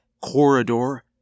corridor